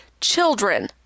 children